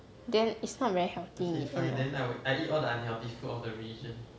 then it's not very healthy and all